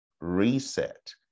reset